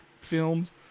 films